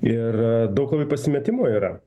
ir daug labai pasimetimo yra